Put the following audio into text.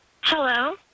hello